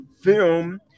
film